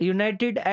United